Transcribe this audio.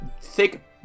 thick